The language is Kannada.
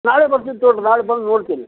ನಾಳೆ ಬರ್ತೀನ್ ತೊಗೊಳ್ಳಿರಿ ನಾಳೆ ಬಂದು ನೋಡ್ತೀನಿ